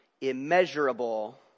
immeasurable